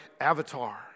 Avatar